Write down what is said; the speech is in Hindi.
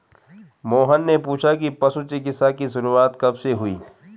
मोहन ने पूछा कि पशु चिकित्सा की शुरूआत कब से हुई?